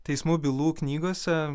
teismų bylų knygose